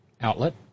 outlet